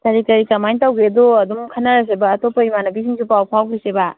ꯀꯔꯤ ꯀꯔꯤ ꯀꯃꯥꯏꯅ ꯇꯧꯒꯦꯗꯣ ꯑꯗꯨꯝ ꯈꯟꯅꯔꯁꯦꯕ ꯑꯇꯣꯞꯄ ꯏꯃꯥꯅꯕꯤꯁꯤꯡꯁꯨ ꯄꯥꯎ ꯐꯥꯎꯈꯤꯁꯦꯕ